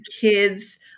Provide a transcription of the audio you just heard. kids